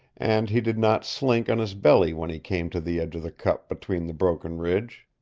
and he did not slink on his belly when he came to the edge of the cup between the broken ridge,